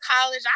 college